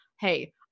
Hey